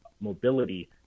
mobility